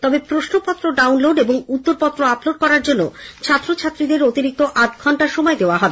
তবে প্রশ্নপত্র ডাউনলোড এবং উত্তরপত্র আপলোড করার জন্য ছাত্র ছাত্রীদের অতিরিক্ত আধঘণ্টা সময় দেওয়া হবে